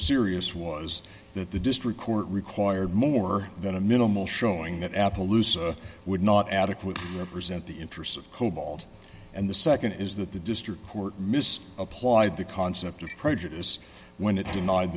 serious was that the district court required more than a minimal showing that appaloosa would not adequately represent the interests of cobalt and the nd is that the district court mis applied the concept of prejudice when it denied